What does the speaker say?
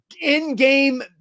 in-game